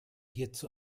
hierzu